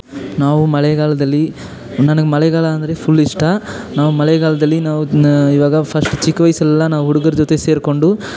ನಾವು ಮಳೆಗಾಲದಲ್ಲಿ ನನಗೆ ಮಳೆಗಾಲ ಅಂದರೆ ಫುಲ್ ಇಷ್ಟ ನಾವು ಮಳೆಗಾಲದಲ್ಲಿ ನಾವು ಈವಾಗ ಫಸ್ಟ್ ಚಿಕ್ಕ ವಯಸ್ಸಲ್ಲೆಲ್ಲ ನಾವು ಹುಡುಗರ ಜೊತೆ ಸೇರಿಕೊಂಡು